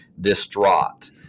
distraught